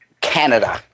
Canada